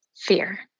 fear